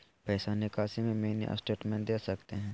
पैसा निकासी में मिनी स्टेटमेंट दे सकते हैं?